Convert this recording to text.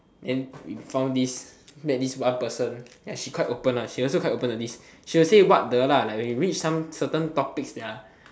and you found this then this one person ya she quite open then she quite open to this she will say what the when we reach certain topics to this